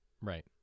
Right